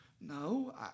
no